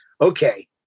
Okay